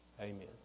Amen